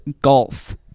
golf